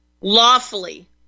lawfully